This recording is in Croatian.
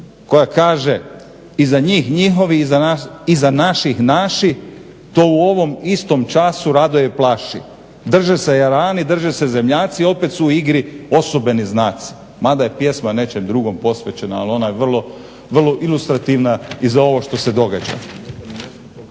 koja kaže: " Iza njih njihovi iza naših naši, to u ovom istom času raduje i plaši, drže se jarani, drže se zemljaci opet su u igri osebujni znaci". Mada je pjesma nečem drugom posvećena ali ona je vrlo ilustrativna i za ono što se događa.